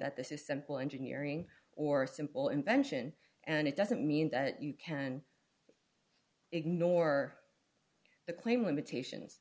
that this is simple engineering or simple invention and it doesn't mean that you can ignore the claim limitations